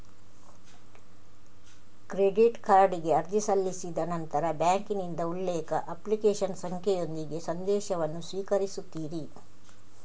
credit ಕಾರ್ಡಿಗೆ ಅರ್ಜಿ ಸಲ್ಲಿಸಿದ ನಂತರ ಬ್ಯಾಂಕಿನಿಂದ ಉಲ್ಲೇಖ, ಅಪ್ಲಿಕೇಶನ್ ಸಂಖ್ಯೆಯೊಂದಿಗೆ ಸಂದೇಶವನ್ನು ಸ್ವೀಕರಿಸುತ್ತೀರಿ